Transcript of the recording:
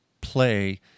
play